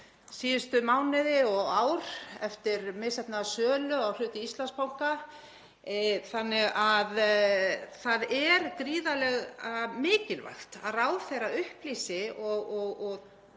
síðustu mánuði og ár eftir misheppnaða sölu á hlut í Íslandsbanka þannig að það er gríðarlega mikilvægt að ráðherra upplýsi og